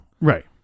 Right